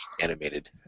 animated